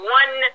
one